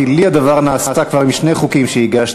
כי לי הדבר נעשה כבר עם שני חוקים שהגשתי,